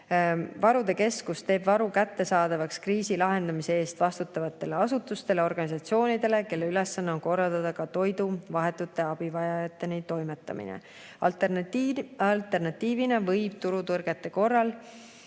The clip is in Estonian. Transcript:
Varude keskus teeb varu kättesaadavaks kriisi lahendamise eest vastutavatele asutustele ja organisatsioonidele, kelle ülesanne on korraldada ka toidu vahetute abivajajateni toimetamine. Alternatiivina võib turutõrgete korral